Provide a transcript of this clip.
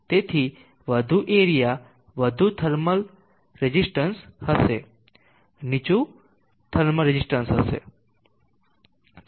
તેથી વધુ એરિયા વધુ સારું થર્મલ રેઝિસ્ટન્સ હશે નીચું થર્મલ રેઝિસ્ટન્સ હશે